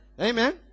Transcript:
Amen